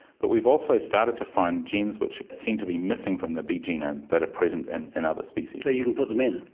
but we've also started to find genes which seem to be missing from the bee genome but are present and in other species. so you can put them in?